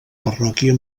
parròquia